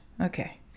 Okay